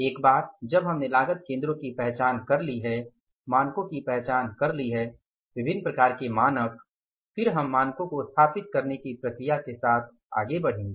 एक बार जब हमने लागत केंद्रों की पहचान कर ली है मानकों की पहचान कर ली है विभिन्न प्रकार के मानक फिर हम मानकों को स्थापित करने की प्रक्रिया के साथ आगे बढ़ेंगे